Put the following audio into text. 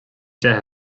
deich